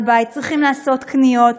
צריכים לעשות קניות,